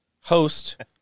host